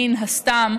מן הסתם,